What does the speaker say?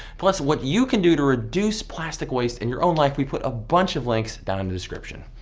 plus what you can do to reduce plastic waste in your own life, we put a bunch of links down in the description.